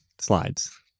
slides